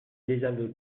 désaveu